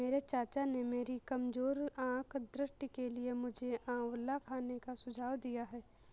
मेरे चाचा ने मेरी कमजोर आंख दृष्टि के लिए मुझे आंवला खाने का सुझाव दिया है